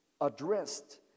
addressed